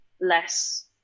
less